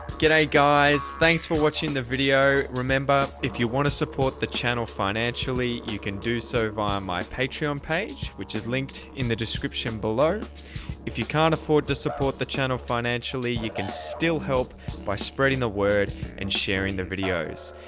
guys thanks for watching the video remember if you want to support the channel financially you can do so via my patreon page which is linked in the description below if you can't afford to support the channel financially you can still help by spreading the word and sharing the videos.